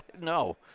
No